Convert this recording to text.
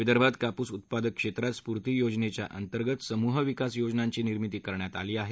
विदर्भात कापूस उत्पादकक्षेत्रात स्फूर्ती योजनेच्या अंतर्गत समूह विकास योजनांची निर्मिती करण्यात आलीआहे